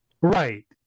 Right